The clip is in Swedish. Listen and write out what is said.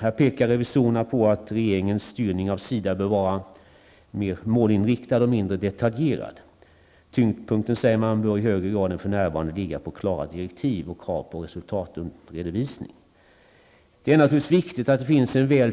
Här pekar revisorerna på att regeringens styrning av SIDA bör vara mer målinriktad och mindre detaljerad. Man säger att tyngdpunkten i högre grad än för närvarande bör ligga på klara direktiv och krav på resultatredovisning. Det är naturligtvis viktigt att det finns ett väl